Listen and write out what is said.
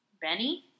Benny